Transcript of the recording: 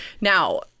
Now